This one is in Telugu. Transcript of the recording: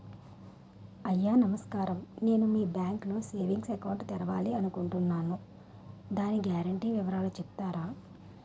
అయ్యా నమస్కారం నేను మీ బ్యాంక్ లో సేవింగ్స్ అకౌంట్ తెరవాలి అనుకుంటున్నాను దాని గ్యారంటీ వివరాలు చెప్తారా?